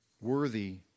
Worthy